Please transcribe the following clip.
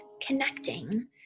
connecting